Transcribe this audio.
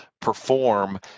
perform